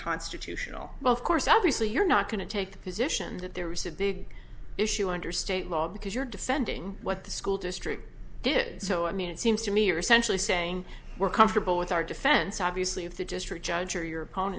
constitutional well of course obviously you're not going to take the position that there was a big issue under state law because you're defending what the school district did so i mean it seems to me are essentially saying we're comfortable with our defense obviously if the district judge or your o